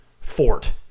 fort